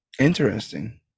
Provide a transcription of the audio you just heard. Interesting